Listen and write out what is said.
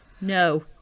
No